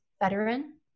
veteran